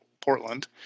Portland